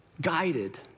guided